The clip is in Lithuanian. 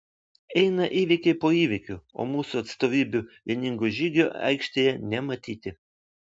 eina įvykiai po įvykių o mūsų atstovybių vieningo žygio aikštėje nematyti